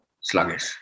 sluggish